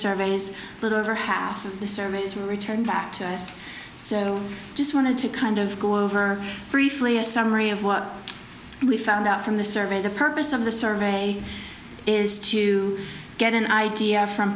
surveys a little over half of the surveys returned back to us so just wanted to kind of go over briefly a summary of what we found out from the survey the purpose of the survey is to get an idea from